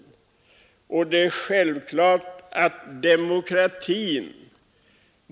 Det gäller också i dag.